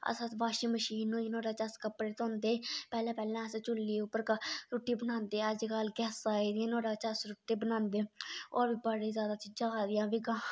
अस अस washing machine होई नोह्ड़े च अस कपड़े धोंदे पैह्ले पैह्ले अस चुल्ली उप्पर रुट्टी बनादे अज्जकल गैसा आई दिया नोहड़े च अस रुट्टी बनादे होर बड़े ज्यादे चीजां आई दियां जियां